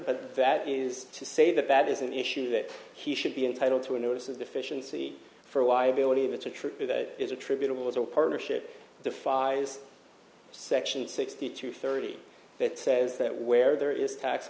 but that is to say that that is an issue that he should be entitled to a notice of deficiency for why ability of a true that is attributable to a partnership defies section sixty two thirty that says that where there is tax